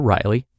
Riley